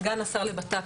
סגן השר לבט"פ,